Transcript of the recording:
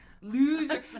Loser